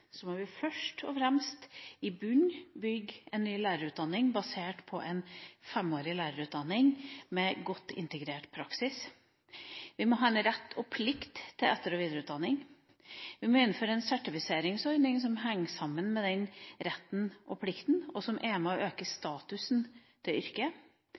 må vi først og fremst bygge en ny lærerutdanning i bunnen – basert på en femårig lærerutdanning med godt integrert praksis. Vi må ha en rett og en plikt til etter- og videreutdanning. Vi må innføre en sertifiseringsordning som henger sammen med den retten og plikten, og som er med på å øke statusen til yrket.